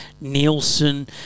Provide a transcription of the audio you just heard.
Nielsen